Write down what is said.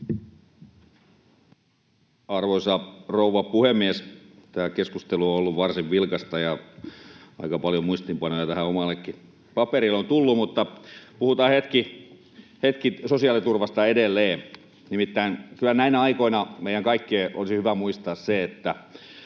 Arvoisa rouva puhemies! Tämä keskustelu on ollut varsin vilkasta, ja aika paljon muistiinpanoja tähän omallekin paperille on tullut, mutta puhutaan edelleen hetki sosiaaliturvasta. Nimittäin kyllä näinä aikoina meidän kaikkien olisi hyvä muistaa se, että